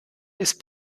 ist